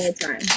time